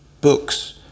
books